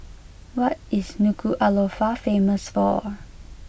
what is Nuku'alofa famous for